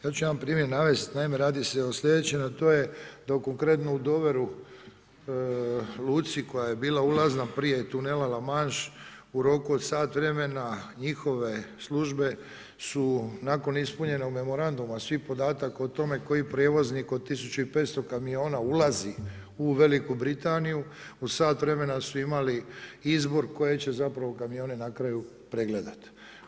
Sada ću jedan primjer navest, naime radi se o sljedećem, a to je da konkretno u Doveru luci koja je bila ulazna prije tunela La Manche u roku od sat vremena njihove službe su nakon ispunjenog memoranduma svih podataka o tome koji prijevoznik od 1500 kamiona ulazi u Veliku Britaniju u sat vremena su imali izbor koje će zapravo kamione na kraju pregledati.